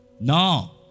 No